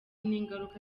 n’ingaruka